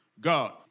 God